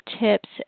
tips